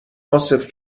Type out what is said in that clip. عاصف